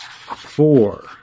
four